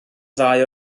ddau